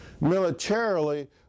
Militarily